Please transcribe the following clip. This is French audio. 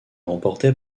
remportée